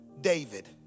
David